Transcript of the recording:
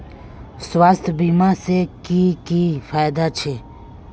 स्वास्थ्य बीमा से की की फायदा छे?